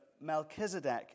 Melchizedek